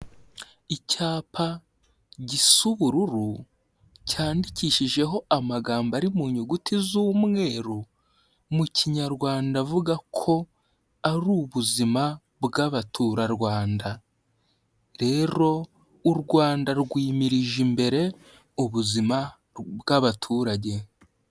Icyapa gisa ubururu, cyandikishijeho amagambo ari mu nyuguti z'umweru, mu kinyarwanda avuga ko ari ubuzima bw'abaturarwanda. Rero u Rwanda rwimirije imbere, ubuzima bw'abaturage.